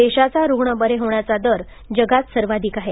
देशाचा रुग्ण बरे होण्याचा दर जगात सर्वाधिक आहे